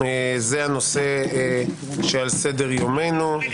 זה הנושא שעל סדר יומנו.